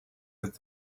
that